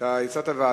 אתה הצעת ועדה,